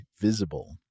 Visible